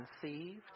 conceived